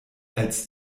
als